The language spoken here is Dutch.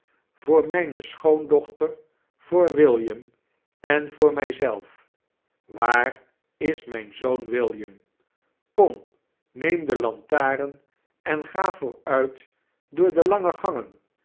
voor mijnie schoondoohter voor william en voor mij zelf waar is mijn zoon william kom neem de lantaarn en ga vooruit door de lange gangen